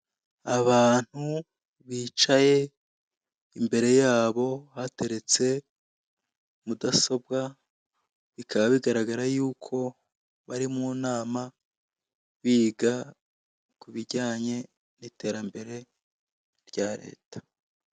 Abantu bicaye imbere yabo hateretse mudasobwa, bikaba bigaragara yuko bari mu nama biga ku bijyanye n'iterambere rya leta.